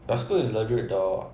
your school is legit the